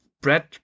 bread